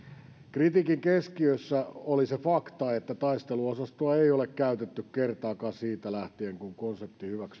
kritiikin keskiössä oli se fakta että taisteluosastoa ei ole käytetty kertaakaan siitä lähtien kun konsepti hyväksyttiin vuonna